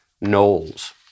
Knowles